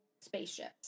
spaceships